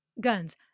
guns